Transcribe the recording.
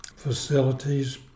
facilities